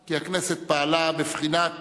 כי הכנסת פעלה בבחינת